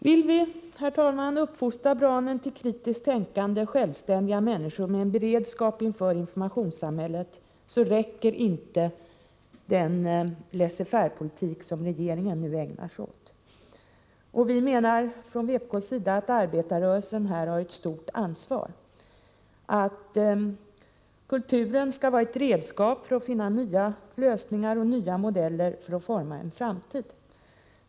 Vill vi, herr talman, uppfostra barnen till kritiskt tänkande, självständiga människor med en beredskap inför informationssamhället så räcker inte den laissez-faire-politik som regeringen nu ägnar sig åt. Vi från vpk:s sida menar att arbetarrörelsen här har ett stort ansvar för att kulturen skall vara ett redskap att finna nya lösningar och nya modeller för att forma en framtid.